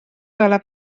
olaf